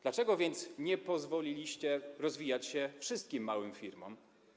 Dlaczego więc nie pozwoliliście rozwijać się wszystkim małym firmom?